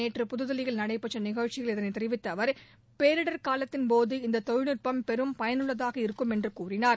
நேற்று புதுதில்லியில் நடைபெற்ற நிகழ்ச்சியில் இதனைத் தெரிவித்த அவர் பேரிடர் காலத்தின் போது இந்த தொழில்நுட்பம் பெரும் பயனுள்ளதாக இருக்கும் என்று கூறினார்